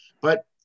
But-